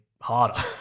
harder